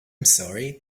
sorry